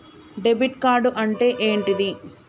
Debit card అంటే ఏంటిది?